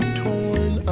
torn